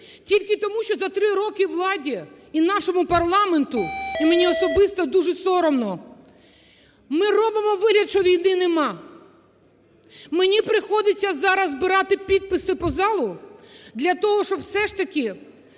тільки тому, що за три роки владі і нашому парламенту – і мені особисто дуже соромно – ми робимо вигляд, що війни нема. Мені приходиться зараз збирати підписи по залу для того, щоб все ж таки